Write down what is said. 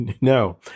no